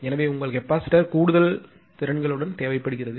எனவே உங்கள் கெபாசிட்டர் கூடுதல் திறன்கள் தேவைப்படுகிறது